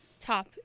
top